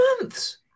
months